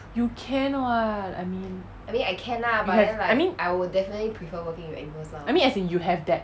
you can [what] I mean you can I mean I mean as in you have that